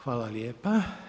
Hvala lijepa.